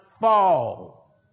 fall